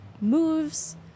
moves